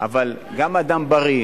אבל גם אדם בריא,